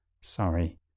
sorry